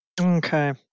Okay